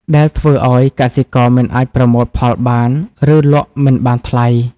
ដែលធ្វើឱ្យកសិករមិនអាចប្រមូលផលបាន ឬលក់មិនបានថ្លៃ។